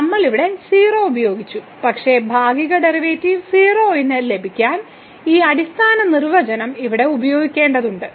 നമ്മൾ ഇവിടെ 0 ഉപയോഗിച്ചു പക്ഷേ ഭാഗിക ഡെറിവേറ്റീവ് 0 ന് ലഭിക്കാൻ ഈ അടിസ്ഥാന നിർവചനം ഉപയോഗിക്കേണ്ടതുണ്ട്